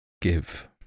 give